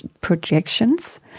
projections